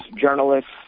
journalists